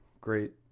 great